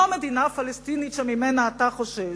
לא המדינה הפלסטינית שממנה אתה חושש.